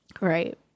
Right